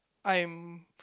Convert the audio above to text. I'm